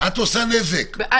את עושה נזק ופופוליזם.